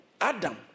Adam